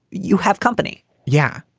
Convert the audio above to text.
you have company yeah.